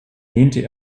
lehnte